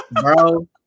bro